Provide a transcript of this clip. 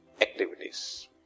activities